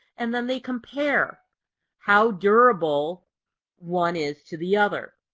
and then they compare how durable one is to the other.